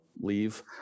leave